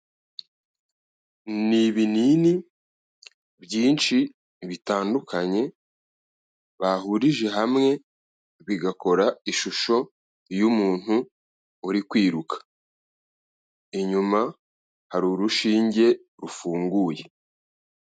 Ni ibinini byinshi bitandukanye, bahurije hamwe bigakora ishusho yumuntu uri kwiruka, inyuma hari urushinge rufunguye.